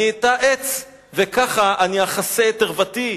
אני אטע עץ, וכך אני אכסה את ערוותי,